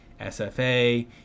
sfa